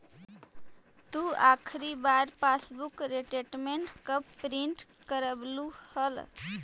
तु आखिरी बार पासबुक स्टेटमेंट कब प्रिन्ट करवैलु हल